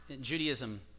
Judaism